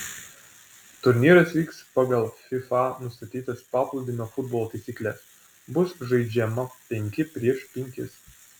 turnyras vyks pagal fifa nustatytas paplūdimio futbolo taisykles bus žaidžiama penki prieš penkis